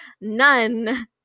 none